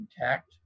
intact